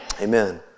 Amen